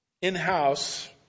in-house